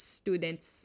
students